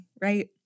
right